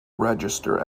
register